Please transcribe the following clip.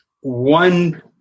one